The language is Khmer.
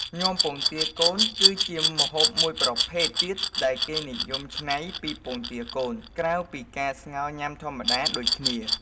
ញាំពងទាកូន គឺជាម្ហូបមួយប្រភេទទៀតដែលគេនិយមច្នៃពីពងទាកូន ក្រៅពីការស្ងោរញ៉ាំធម្មតាដូចគ្នា។